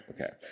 Okay